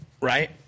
right